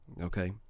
Okay